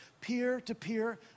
peer-to-peer